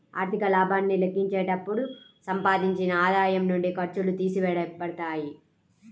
ఆర్థిక లాభాన్ని లెక్కించేటప్పుడు సంపాదించిన ఆదాయం నుండి ఖర్చులు తీసివేయబడతాయి